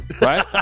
Right